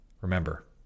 Remember